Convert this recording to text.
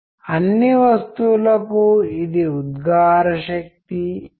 soft skills విషయం వచ్చేసరికి మీరు ఎలా పని చేయగలుగుతున్నారు